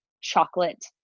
chocolate